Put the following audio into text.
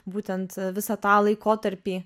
būtent visą tą laikotarpį